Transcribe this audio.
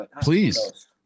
Please